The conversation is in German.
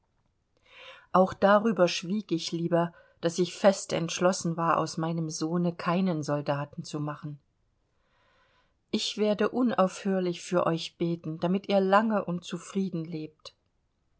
auch darüber schwieg ich lieber daß ich fest entschlossen war aus meinem sohne keinen soldaten zu machen ich werde unaufhörlich für euch beten damit ihr lange und zufrieden lebt